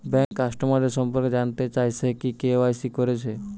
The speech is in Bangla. ব্যাংক কাস্টমারদের সম্পর্কে জানতে চাই সে কি কে.ওয়াই.সি কোরেছে